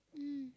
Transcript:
mm